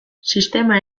sistema